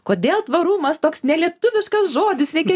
kodėl tvarumas toks nelietuviškas žodis reikia